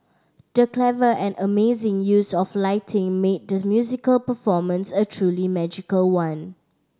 the clever and amazing use of lighting made the musical performance a truly magical one